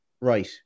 right